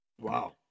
Wow